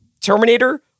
terminator